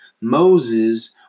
Moses